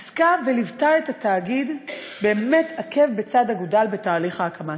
עסקה וליוותה את התאגיד באמת עקב בצד אגודל בתהליך ההקמה.